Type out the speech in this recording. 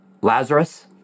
Lazarus